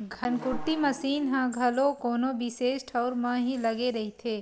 धनकुट्टी मसीन ह घलो कोनो बिसेस ठउर म ही लगे रहिथे,